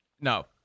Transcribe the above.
no